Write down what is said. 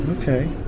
Okay